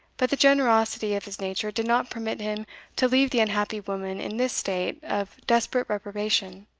but the generosity of his nature did not permit him to leave the unhappy woman in this state of desperate reprobation.